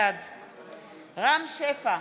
בעד רם שפע,